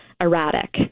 erratic